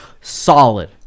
solid